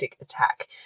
attack